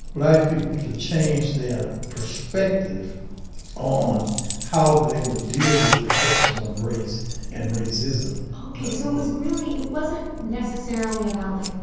black people to change their perspective on how they would deal with the question of race and racism ok. so it was really it wasn't necessarily about, like,